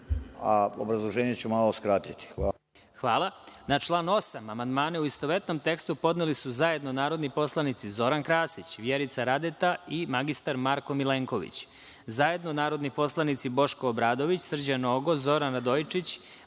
a obrazloženje ću malo skratiti. Hvala. **Đorđe Milićević** Hvala. Na član 8. amandmane, u istovetnom tekstu, podneli su zajedno narodni poslanici Zoran Krasić, Vjerica Radeta i mr Marko Milenković, zajedno narodni poslanici Boško Obradović, Srđan Nogo, Zoran Radojičić,